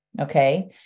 okay